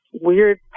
weird